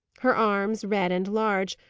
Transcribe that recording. her arms, red and large,